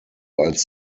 als